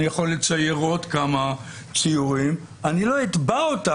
ואני יכול לצייר עוד כמה ציורים אני לא אתבע אותה